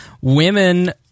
women